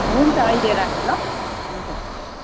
हुन्छ अहिले राखेँ ल हुन्छ